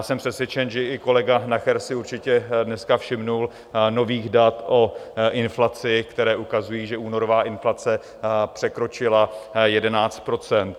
Jsem přesvědčen, že i kolega Nacher si určitě dneska všiml nových dat o inflaci, která ukazují, že únorová inflace překročila 11 %.